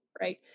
right